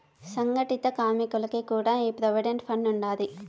సంగటిత కార్మికులకి కూడా ఈ ప్రోవిడెంట్ ఫండ్ ఉండాది